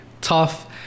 tough